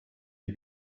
die